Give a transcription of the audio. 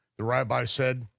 the rabbi said,